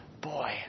Boy